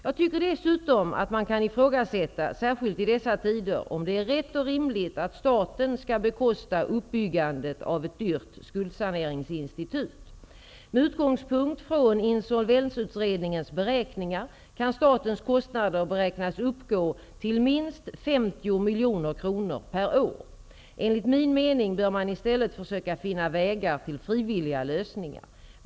Jag tycker dessutom att man kan ifrågasätta -- särskilt i dessa tider -- om det är rätt och rimligt att staten skall bekosta uppbyggandet av ett dyrt skuldsaneringsinstitut. Med utgångspunkt i insolvensutredningens beräkningar kan statens kostnader beräknas uppgå till minst 50 miljoner kronor per år. Enligt min mening bör man i stället försöka finna vägar till frivilliga lösningar.